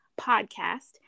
podcast